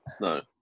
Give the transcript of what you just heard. No